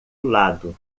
lado